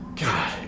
God